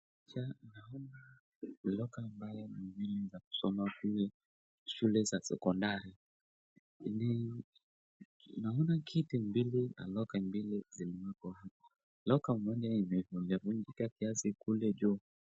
Picha naona loka ambayo ni za kusoma kule shule za sekondari, naona kiti mbele na loka mbele zimewekwa hapo. Loka moja imevunjikavunjika kiasi kule juu.